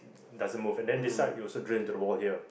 doesn't move and then this side you also drill into the wall here